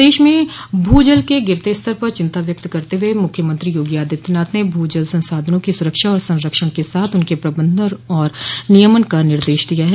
प्रदेश में भू जल के गिरते स्तर पर चिंता व्यक्त करते हुए मुख्यमंत्री योगी आदित्यनाथ ने भू जल संसाधनों की सूरक्षा व संरक्षण के साथ उनके प्रबंधन और नियमन का निर्देश दिये हैं